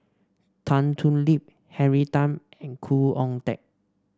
Tan Thoon Lip Henry Tan and Khoo Oon Teik